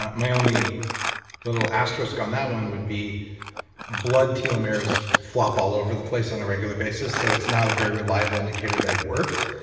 ah my only little asterisk on that one would be blood telomeres flop all over the place on a regular basis so it's not a very reliable indicator that it worked.